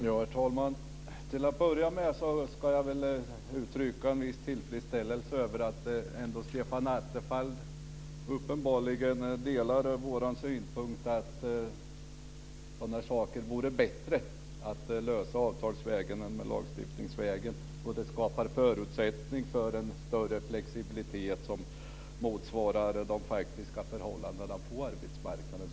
Herr talman! Först ska jag väl ändå uttrycka en viss tillfredsställelse över att Stefan Attefall uppenbarligen delar vår synpunkt att det vore bättre att lösa sådana här saker avtalsvägen än lagstiftningsvägen och att det skapar förutsättningar för en större flexibilitet motsvarande de faktiska förhållandena på arbetsmarknaden.